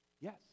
yes